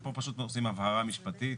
ופה פשוט עושים הבהרה משפטית.